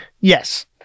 Yes